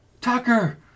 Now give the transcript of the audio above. Tucker